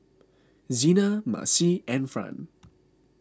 Zena Marcie and Fran